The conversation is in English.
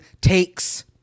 takes